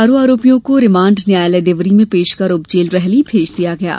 चारों आरोपियों को रिमाण्ड न्यायालय देवरी में पेश कर उप जेल रहली भेज दिया गया है